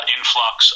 Influx